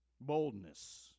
Boldness